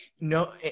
no